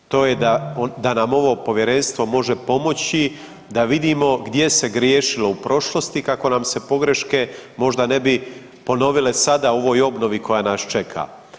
To je da nam ovo povjerenstvo može pomoći da vidimo gdje se griješilo u prošlosti kako nam se pogreške možda ne bi ponovile sada u ovoj obnovi koja nas čeka.